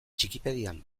txikipedian